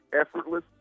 effortless